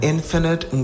Infinite